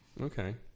Okay